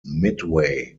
midway